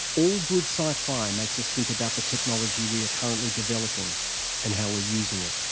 all good sci-fi makes us think about the technology we're currently developing and how we're using it.